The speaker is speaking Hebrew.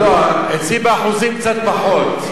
לא, אצלי באחוזים קצת פחות.